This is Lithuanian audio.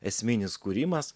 esminis kūrimas